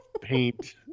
paint